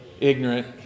ignorant